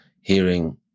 hearing